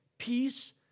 Peace